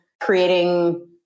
creating